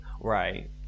right